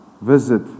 visit